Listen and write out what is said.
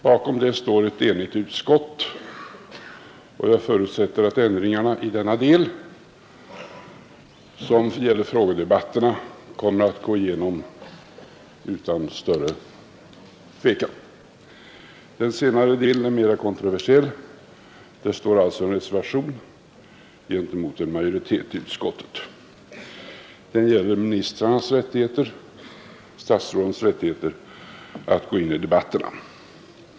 Bakom det står ett enigt utskott, och jag förutsätter att ändringarna i denna del, som gäller frågedebatterna, kommer att gå igenom utan större tvekan. Den senare delen är mera kontroversiell. Dä utskottet. Den gäller statsrådens rättigheter att gå in i debatterna.